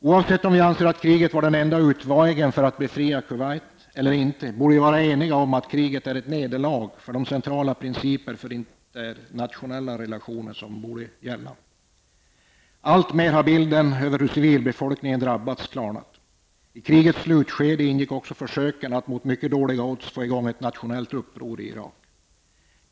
Oavsett om vi anser att kriget var den enda utvägen för att befria Kuwait eller inte borde vi vara eniga om att kriget är ett nederlag för de centrala principerna för internationella relationer. Allt mer har bilden av hur civilbefolkningen drabbats blivit klar. I krigets slutskede ingick också försöken att mot mycket dåliga odds få i gång ett nationellt uppror i Irak.